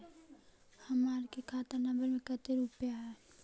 हमार के खाता नंबर में कते रूपैया है?